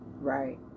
Right